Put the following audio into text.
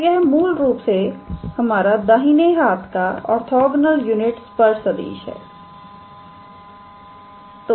तो यह मूल रूप से हमारा दाहिनी हाथ का ऑर्थोगनल यूनिट सदिश है